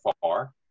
far